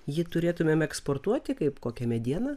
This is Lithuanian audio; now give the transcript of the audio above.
jį turėtumėm eksportuoti kaip kokią medieną